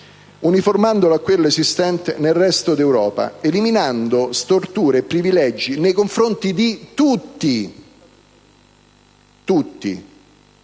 uniformarla a quella esistente nel resto d'Europa, eliminando storture e privilegi nei confronti di tutti, poiché